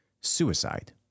suicide